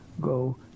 go